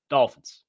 Dolphins